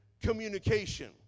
communication